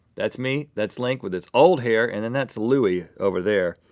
that's me, that's link with his old hair, and then that's louis over there.